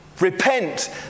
Repent